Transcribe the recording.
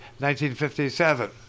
1957